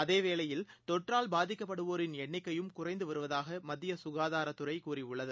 அதேவேளையில் தொற்றால் பாதிக்கப்படுவோரின் எண்ணிக்கையும் குறைந்துவருவதாகமத்தியசுகாதாரத்துறைகூறியுள்ளது